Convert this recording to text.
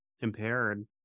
Impaired